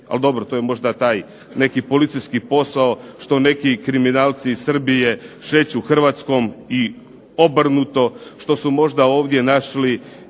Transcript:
ali dobro to je možda taj neki policijski posao što neki kriminalci iz Srbije šeću Hrvatskom i obrnuto, što su možda ovdje našli